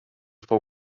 fou